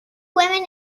women